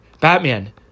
Batman